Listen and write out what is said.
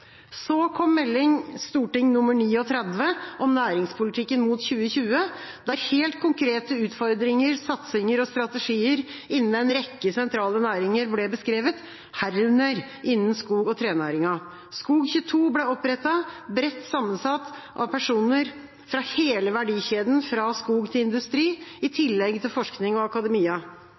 Så kom Meld. St. 39 for 2012–2013, om næringspolitikken mot 2020, der helt konkrete utfordringer, satsinger og strategier innen en rekke sentrale næringer ble beskrevet, herunder innen skog- og trenæringen. SKOG22 ble opprettet, bredt sammensatt av personer fra hele verdikjeden fra skog til industri, i tillegg til forskning og akademia.